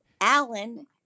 Alan